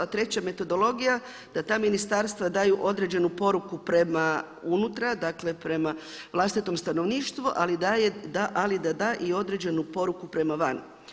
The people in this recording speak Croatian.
A treća je metodologija da ta ministarstva daju određenu poruku prema unutra, dakle prema vlastitom stanovništvu ali da da i određenu poruku prema van.